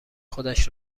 خودش